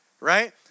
Right